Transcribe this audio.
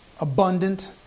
abundant